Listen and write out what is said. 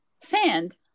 sand